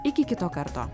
iki kito karto